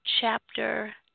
chapter